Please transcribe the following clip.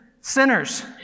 sinners